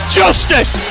justice